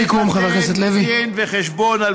צריך לתת דין וחשבון, משפט סיכום, חבר הכנסת לוי.